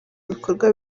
bikorwa